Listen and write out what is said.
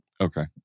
Okay